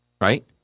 right